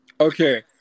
okay